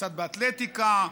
קצת באתלטיקה,